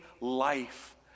life